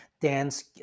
dance